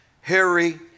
Harry